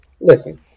listen